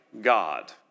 God